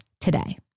today